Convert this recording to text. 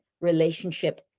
relationship